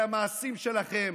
אלה המעשים שלכם.